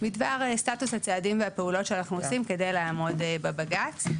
בדבר סטטוס הצעדים והפעולות שאנחנו עושים כדי לעמוד בבג"ץ.